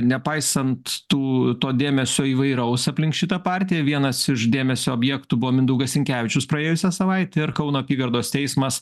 nepaisant tų to dėmesio įvairaus aplink šitą partiją vienas iš dėmesio objektų buvo mindaugas sinkevičius praėjusią savaitę ir kauno apygardos teismas